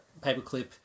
Paperclip